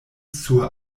sur